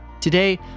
Today